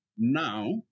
Now